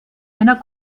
einer